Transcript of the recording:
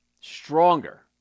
stronger